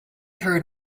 heard